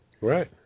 Right